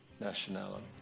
nationality